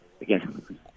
again